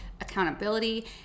accountability